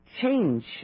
change